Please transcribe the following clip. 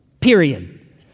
period